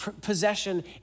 possession